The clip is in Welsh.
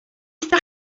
ydych